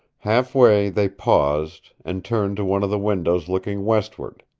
half way they paused, and turned to one of the windows looking westward.